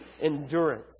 endurance